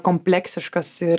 kompleksiškas ir